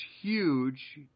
huge